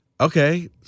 okay